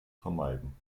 vermeiden